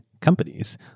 companies